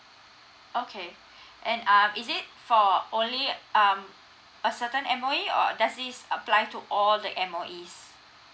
okay and err is it for only um a certain M_O_E or does this apply to all the M_O_E's